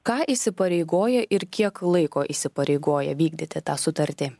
ką įsipareigoja ir kiek laiko įsipareigoja vykdyti tą sutartį